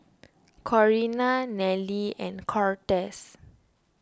Corina Nelly and Cortez